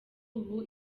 ubu